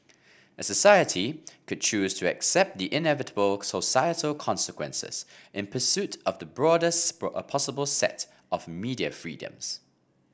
a society could choose to accept the inevitable societal consequences in pursuit of the broadest a possible set of media freedoms